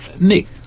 Nick